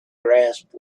grasp